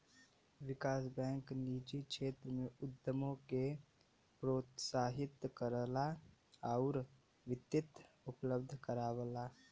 विकास bank निजी क्षेत्र में उद्यमों के प्रोत्साहित करला आउर वित्त उपलब्ध करावला